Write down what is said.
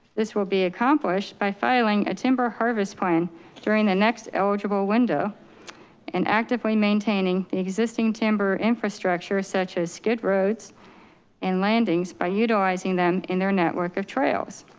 this will be accomplished by filing a timber harvest plan during the next eligible window and actively maintaining the existing timber infrastructure such as skid roads and landings by utilizing them in their network of trails.